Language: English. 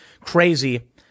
crazy